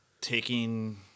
taking